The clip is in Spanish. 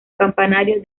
campanario